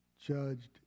judged